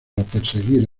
perseguir